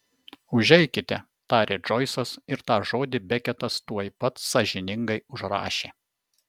užeikite tarė džoisas ir tą žodį beketas tuoj pat sąžiningai užrašė